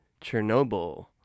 Chernobyl